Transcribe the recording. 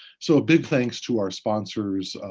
so, a big thanks to our sponsors,